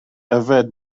yfed